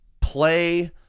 Play